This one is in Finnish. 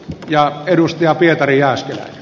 ja edustaa pietariin asti